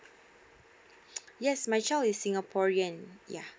yes my child is singaporean yeah